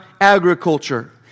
agriculture